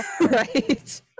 Right